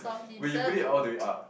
wait you put it all the way up